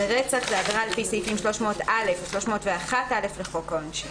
"רצח" עבירה לפי סעיפים 300(א) או 301א לחוק העונשין."